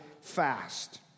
fast